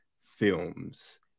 films